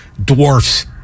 Dwarfs